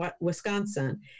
Wisconsin